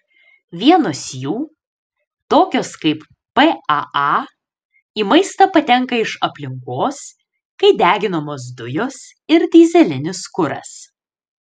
vienos jų tokios kaip paa į maistą patenka iš aplinkos kai deginamos dujos ir dyzelinis kuras